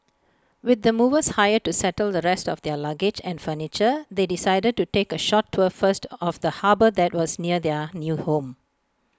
with the movers hired to settle the rest of their luggage and furniture they decided to take A short tour first of the harbour that was near their new home